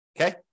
Okay